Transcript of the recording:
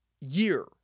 year